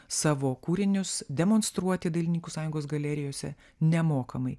savo kūrinius demonstruoti dailininkų sąjungos galerijose nemokamai